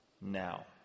Now